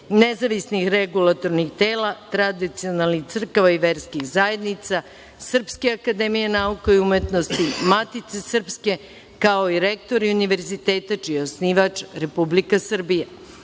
nezavisnih regulatornih tela, tradicionalnih crkava i verskih zajednica, Srpske akademije nauka i umetnosti, Matice srpske, kao i rektori univerziteta čiji je osnivač Republika Srbija.